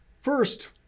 first